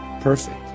Perfect